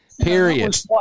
Period